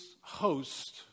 host